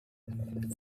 and